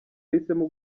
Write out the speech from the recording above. yahisemo